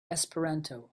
esperanto